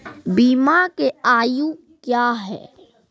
बीमा के आयु क्या हैं?